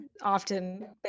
often